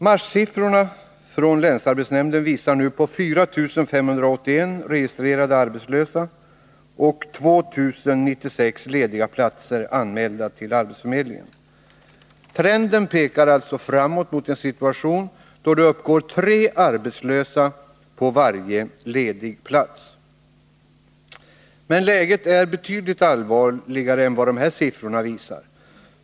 Marssiffrorna från länsarbetsnämnden visar 4 581 registrerade arbetslösa och 2 096 lediga platser, anmälda till arbetsförmedlingen. Trenden pekar alltså på en situation då det går uppemot tre arbetslösa på varje ledig plats. Läget är betydligt allvarligare än dessa siffror visar.